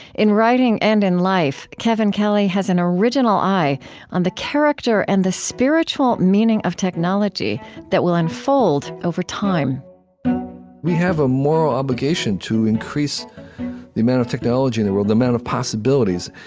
in writing and in life, kevin kelly has an original eye on the character and the spiritual meaning of technology that will unfold over time we have a moral obligation to increase the amount of technology in the world, the amount of possibilities.